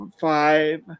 five